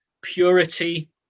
purity